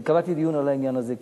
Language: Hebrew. אני קבעתי דיון על העניין הזה.